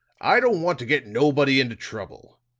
i don't want to get nobody into trouble.